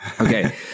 okay